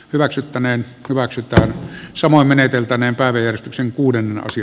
hyväksyttäneen hyväksytään samoin meneteltäneen päivystyksen kuudenneksi